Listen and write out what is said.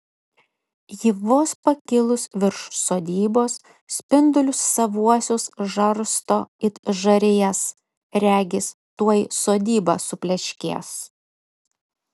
ji vos pakilus virš sodybos spindulius savuosius žarsto it žarijas regis tuoj sodyba supleškės